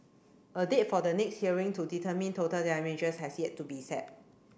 a date for the next hearing to determine total damages has yet to be set